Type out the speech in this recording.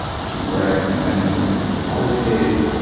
which is where i met him during the college days.